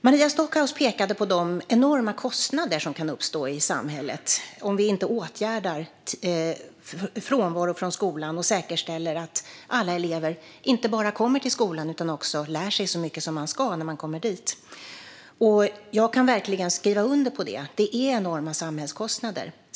Maria Stockhaus pekade på de enorma kostnader som kan uppstå i samhället om vi inte åtgärdar frånvaro från skolan och säkerställer att alla elever inte bara kommer till skolan utan också lär sig så mycket som de ska när de kommer dit. Jag kan verkligen skriva under på detta. Det är enorma samhällskostnader.